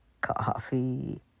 coffee